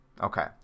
Okay